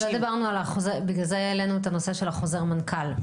לא, בגלל זה העלינו את הנושא של חוזר המנכ"ל.